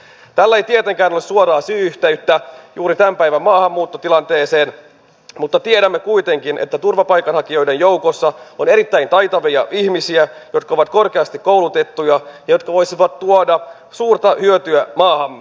tällä ei tietenkään ole suoraa syy yhteyttä juuri tämän päivän maahanmuuttotilanteeseen mutta tiedämme kuitenkin että turvapaikanhakijoiden joukossa on erittäin taitavia ihmisiä jotka ovat korkeasti koulutettuja ja jotka voisivat tuoda suurta hyötyä maahamme